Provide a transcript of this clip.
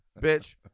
bitch